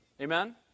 Amen